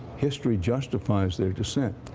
history justifies their decent.